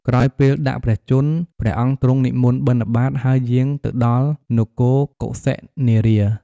ក្រោយពេលដាក់ព្រះជន្ម ព្រះអង្គទ្រង់និមន្តបិណ្ឌបាត ហើយយាងទៅដល់នគរកុសិនារា។